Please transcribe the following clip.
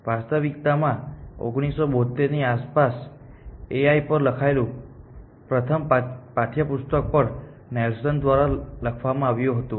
વાસ્તવિકતામાં 1972 ની આસપાસ AI પર લખાયેલું પ્રથમ પાઠ્યપુસ્તક પણ નેલ્સન દ્વારા લખવામાં આવ્યું હતું